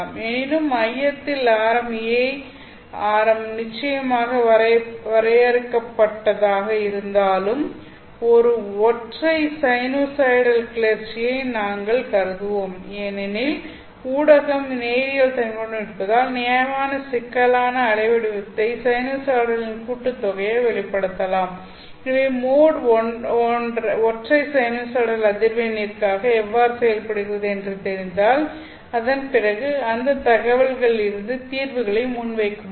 எனினும் மையத்தில் ஆரம் a நிச்சயமாக வரையறுக்கப்பட்டதாக இருந்தாலும் ஒரு ஒற்றை சைனூசாய்டல் கிளர்ச்சியை நாங்கள் கருதுவோம் ஏனெனில் ஊடகம் நேரியல் தன்மையுடன் இருப்பதால் நியாயமான சிக்கலான அலைவடிவத்தை சைனூசாய்டலின் கூட்டுத்தொகையாக வெளிப்படுத்தலாம் எனவே மோட் ஒற்றை சைனூசாய்டல் அதிர்வெண்ணிற்காக எவ்வாறு செயல்படுகிறது என்று தெரிந்தால் அதன் பிறகு அந்த தகவல்களிலிருந்து தீர்வுகளை முன்வைக்க முடியும்